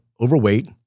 overweight